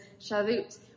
Shavuot